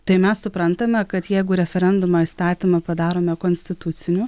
tai mes suprantame kad jeigu referendumo įstatymą padarome konstituciniu